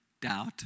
doubt